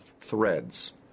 threads